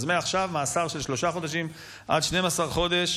מעכשיו, מאסר של שלושה חודשים עד 12 חודשים,